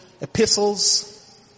epistles